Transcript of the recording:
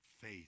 faith